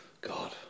God